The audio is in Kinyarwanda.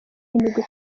imigwi